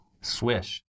Swish